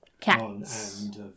Cats